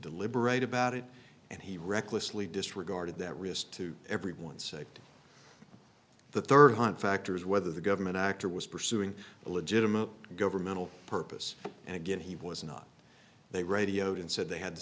deliberate about it and he recklessly disregarded that risk to everyone say the third one factor is whether the government actor was pursuing a legitimate governmental purpose and again he was not they radioed and said they had the